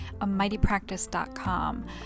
amightypractice.com